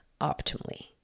optimally